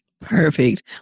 Perfect